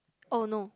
oh no